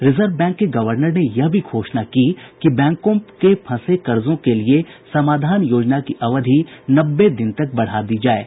reserve bank के governor ने यह भी घोषणा की कि बैंकों के फंसे कर्जों के लिए समाधान योजना की अवधि नब्बे दिन तक बढ़ा दी जायेगी